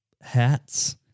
hats